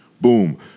Boom